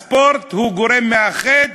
הספורט הוא גורם מאחד,